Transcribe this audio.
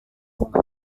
bunga